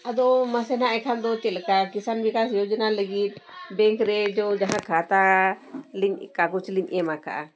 ᱟᱫᱚ ᱢᱟᱥᱮ ᱱᱟᱦᱟᱜ ᱮᱠᱷᱟᱱ ᱫᱚ ᱪᱮᱫ ᱞᱮᱠᱟ ᱠᱤᱥᱟᱱ ᱵᱤᱠᱟᱥ ᱡᱳᱡᱚᱱᱟ ᱞᱟ ᱜᱤᱫ ᱨᱮ ᱡᱚ ᱡᱟᱦᱟᱸ ᱠᱷᱟᱛᱟ ᱞᱤᱧ ᱠᱟᱜᱚᱡᱽ ᱞᱤᱧ ᱮᱢ ᱟᱠᱟᱫᱼᱟ